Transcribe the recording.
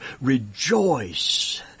rejoice